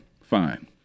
Fine